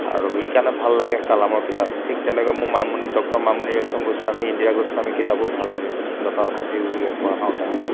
আৰু এইকাৰণে ভাল লাগে কালামৰ কিতাপ ঠিক তেনেকৈ মোৰ মামনি ডক্টৰ মামনি ৰয়চম গোস্বামী ইন্দিৰা গোস্বামী কিতাপো ভাল লাগে দঁতাল হাতীৰ উইয়ে খোৱা হাওদা